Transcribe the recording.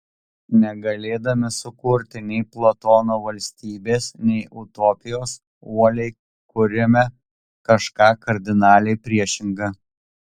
negalėdami sukurti nei platono valstybės nei utopijos uoliai kuriame kažką kardinaliai priešinga